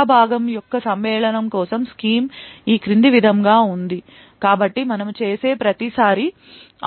రేఖా భాగము యొక్క సమ్మేళనము కోసం స్కీమ్ ఈ క్రింది విధంగా ఉంది కాబట్టి మనము చేసే ప్రతిసారీ